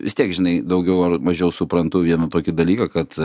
vis tiek žinai daugiau ar mažiau suprantu vieną tokį dalyką kad